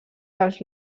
dels